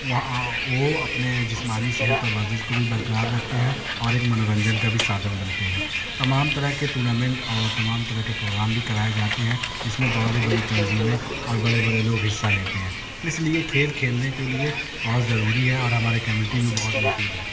وہاں وہ اپنے جسمانی صحت اور ورزش کو بھی برقرار رکھتے ہیں اور ایک منورنجن کا بھی سادھن بنتے ہیں تمام طرح کے ٹورنامنٹ اور تمام طرح کے پروگرام بھی کرائے جاتے ہیں جس میں بہت بڑی تنظیمیں اور بڑے بڑے لوگ حصہ لیتے ہیں اس لیے کھیل کھیلنے کے لیے بہت ضروری ہے اور ہمارے کمیونٹی میں بہت مفید ہے